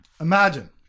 Imagine